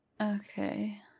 Okay